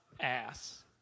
ass